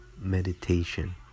meditation